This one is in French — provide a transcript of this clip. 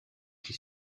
qui